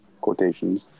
quotations